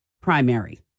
primary